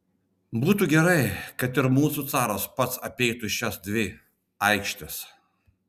būtų gerai kad ir mūsų caras pats apeitų šias dvi aikštes